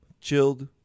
Chilled